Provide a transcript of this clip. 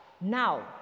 Now